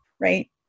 right